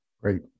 Great